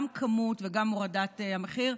גם כמות וגם הורדת המחיר.